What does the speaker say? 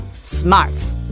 Smart